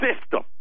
system